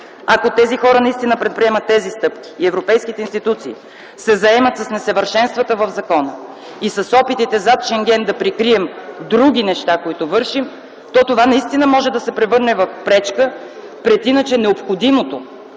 Ако тези хора наистина предприемат такива стъпки и европейските институции се заемат с несъвършенствата в закона и с опитите зад Шенген да прикрием други неща, които вършим, то това наистина може да се превърне в пречка пред иначе необходимото,